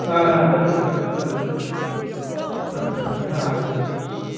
हा हा सत्यं सत्यं तदस्ति अस्ति अत्र हा अत्र अस्ति पश्यन्तु